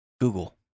Google